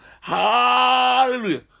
Hallelujah